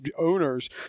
owners